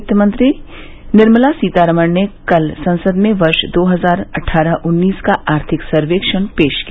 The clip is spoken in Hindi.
वित्त मंत्री निर्मला सीतारामन ने कल संसद में वर्ष दो हजार अट्ठारह उन्नीस का आर्थिक सर्वेक्षण पेश किया